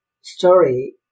story